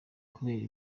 kubera